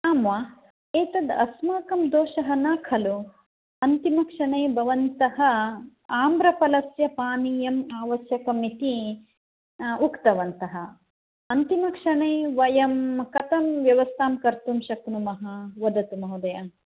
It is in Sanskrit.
आम् वा एतत् अस्माकं दोषः न खलु अन्तिमक्षणे भवन्तः आम्रफलस्य पानीयम् आवश्यकम् इति उक्तवन्तः अन्तिमक्षणे वयं कथं व्यवस्थां कर्तुं शक्नुमः वदतु महोदय